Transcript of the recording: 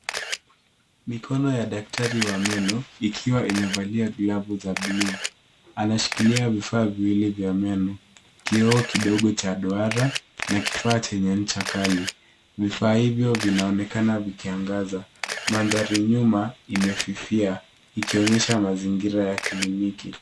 Mikono ya daktari wa meno ikiwa amevalia glovu za buluu. Anashikilia vifaa viwili vya meno, kioo kidogo cha duara, na kifaa chenye ncha kali. Vifaa hivyo vinaonekana vikiangaza, mandhari nyuma imefifia ikonyesha mazingira ya kliniki.